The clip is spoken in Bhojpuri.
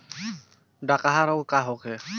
डकहा रोग का होखे?